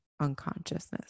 unconsciousness